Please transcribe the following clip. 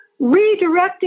redirecting